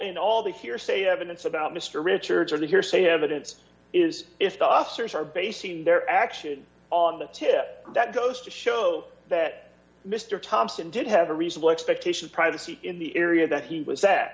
in all the hearsay evidence about mr richards or the hearsay evidence is if the officers are basing their action on the tip that goes to show that mr thompson did have a reasonable expectation of privacy in the area that he was